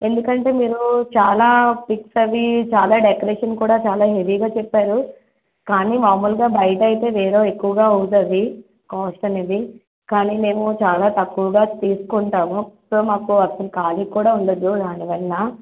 ఎందుకంటే మీరు చాలా పిక్స్ అవి చాలా డెకరేషన్ కూడా చాలా హెవీగా చెప్పారు కానీ మామూలుగా బయట అయితే వేరే ఎక్కువగా అవుతుంది కాస్ట్ అనేది కానీ మేము చాలా తక్కువగా తీసుకుంటాము సో మాకు అసలు ఖాళీ కూడా ఉండదు దానివల్ల